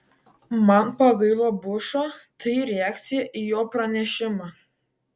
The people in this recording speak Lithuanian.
man pagailo bušo tai reakcija į jo pranešimą